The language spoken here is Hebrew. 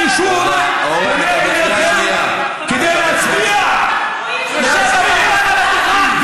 אני שוב פונה אליכם, יש פה עבריין על הדוכן.